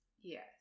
Yes